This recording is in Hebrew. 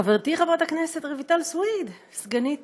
חברתי חברת הכנסת רויטל סויד, סגנית